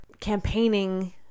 campaigning